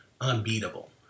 unbeatable